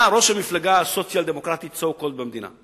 אתה ראש המפלגה הסוציאל-דמוקרטית so called במדינה.